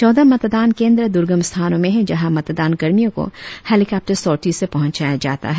चौदह मतदान केंद्र दुर्गम स्थानों में है जहां मतदान कर्मियों को हेलिकॉप्टर सॉरती से पहुंचाया जाता है